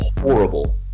horrible